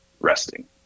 resting